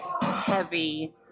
heavy